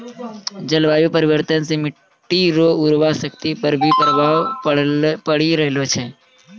जलवायु परिवर्तन से मट्टी रो उर्वरा शक्ति पर भी प्रभाव पड़ी रहलो छै